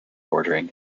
bordering